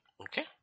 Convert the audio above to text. Okay